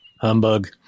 Humbug